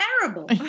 terrible